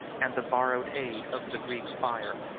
and the borrowed aid of the greek fire.